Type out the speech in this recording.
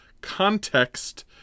context